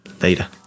Later